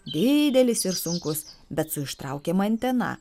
didelis ir sunkus bet su ištraukiama antena